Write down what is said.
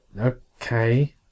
Okay